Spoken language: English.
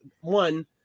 one